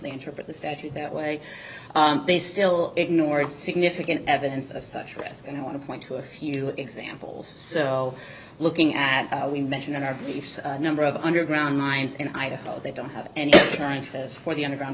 they interpret the statute that way they still ignored significant evidence of such risk and i want to point to a few examples so looking at we mentioned in our beliefs number of underground mines in idaho they don't have any prices for the underground